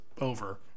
over